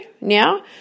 now